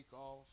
off